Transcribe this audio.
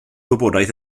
wybodaeth